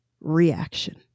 reaction